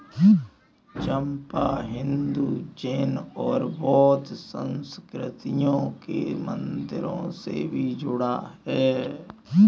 चंपा हिंदू, जैन और बौद्ध संस्कृतियों के मंदिरों से भी जुड़ा हुआ है